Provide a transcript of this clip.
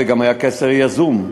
והיה גם קשר יזום.